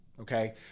okay